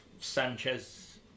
Sanchez